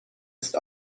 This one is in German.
ist